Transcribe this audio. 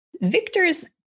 Victor's